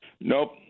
Nope